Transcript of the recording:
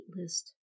list